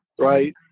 right